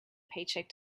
paycheck